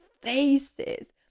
faces